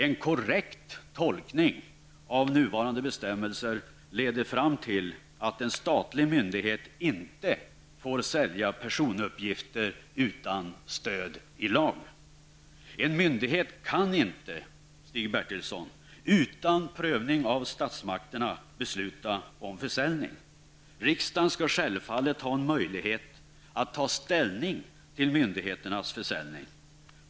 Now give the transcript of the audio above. En korrekt tolkning av nuvarande bestämmelser leder fram till att en statlig myndighet inte får sälja personuppgifter utan stöd i lag. En myndighet kan inte själv, utan prövning av statsmakterna, besluta om försäljning. Riksdagen skall självfallet ha möjlighet att ta ställning till myndigheternas försäljning.